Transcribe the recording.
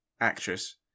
actress